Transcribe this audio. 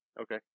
Okay